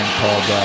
called